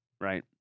Right